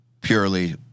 purely